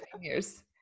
years